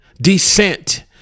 descent